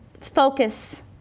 focus